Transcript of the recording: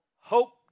hope